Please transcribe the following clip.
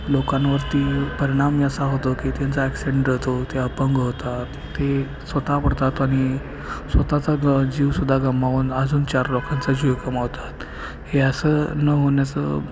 लोकांवरती परिणाम असा होतो की त्यांचा ॲक्सिडेंट होतो ते अपंग होतात ते स्वतः पडतात आणि स्वतःचा ग जीवसुद्धा गमावून अजून चार लोकांचा जीव गमावतात हे असं न होण्याचं